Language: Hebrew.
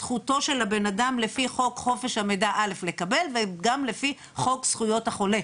זכותו של הבן אדם לפי חוק חופש המידע לקבל וגם לפי חוק זכויות החולה.